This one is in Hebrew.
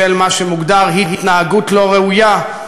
בשל מה שמוגדר "התנהגות לא ראויה",